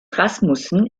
rasmussen